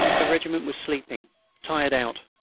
the regiment was sleeping tired out.